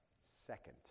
second